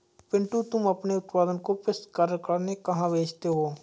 पिंटू तुम अपने उत्पादन को प्रसंस्करण करने कहां भेजते हो?